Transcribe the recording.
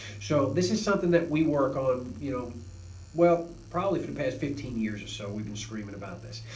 so this is something that we work on you know well probably for the past fifteen years or so we've been screaming about this.